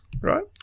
right